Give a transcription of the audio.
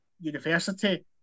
university